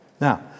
Now